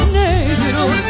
negros